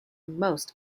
most